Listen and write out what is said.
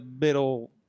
middle